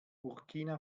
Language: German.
burkina